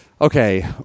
Okay